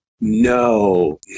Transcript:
No